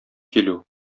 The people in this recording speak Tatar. килү